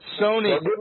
Sony